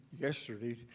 yesterday